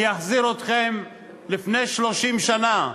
אני אחזיר אתכם ללפני 30 שנה.